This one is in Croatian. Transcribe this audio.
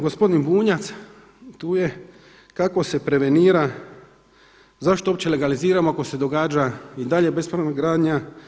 Gospodin Bunjac, tu je, kako se prevenira, zašto uopće legaliziramo ako se događa i dalje bespravna gradnja.